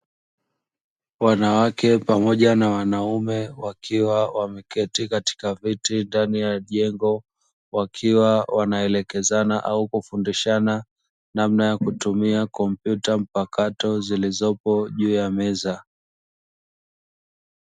Wanawake pamoja na wanaume wakiwa wameketi katika viti ndani ya jengo, wakiwa wanaelekezana au kufundishana namna ya kutumia kompyuta mpakato zilizopo juu ya meza.